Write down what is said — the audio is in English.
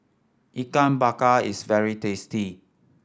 Ikan Bakar is very tasty